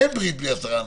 אין ברית בלי עשרה אנשים,